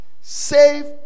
save